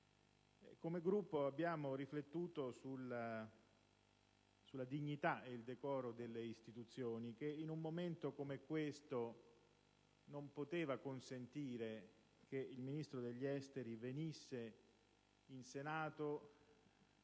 come Gruppo abbiamo riflettuto sulla dignità e il decoro delle istituzioni, che in un momento come questo non potevano consentire che il Ministro degli affari esteri venisse in Senato